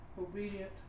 obedient